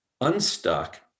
unstuck